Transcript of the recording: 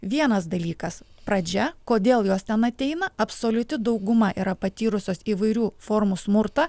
vienas dalykas pradžia kodėl jos ten ateina absoliuti dauguma yra patyrusios įvairių formų smurtą